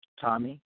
Tommy